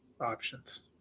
options